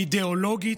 אידיאולוגית: